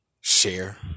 share